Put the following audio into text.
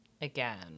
again